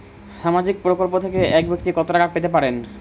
সামাজিক প্রকল্প থেকে এক ব্যাক্তি কত টাকা পেতে পারেন?